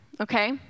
okay